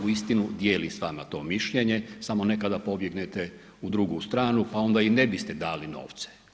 Uistinu, dijelim s vama to mišljenje, samo ne kada pobjegnete u drugu stranu pa onda i ne biste dali novce.